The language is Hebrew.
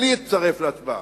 אני אצטרף להצבעה.